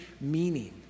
meaning